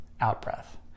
out-breath